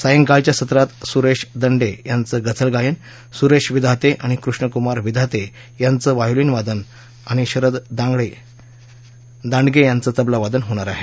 सायंकाळच्या सत्रात सुरेश दंडे यांचं गझलगायन सुरेश विधाते आणि कृष्णकुमार विधाते यांचं व्हायोलिन वादन आणि शरद दांडगे यांचं तबलावादन होणार आहे